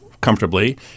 comfortably